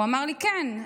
והוא אמר לי: כן,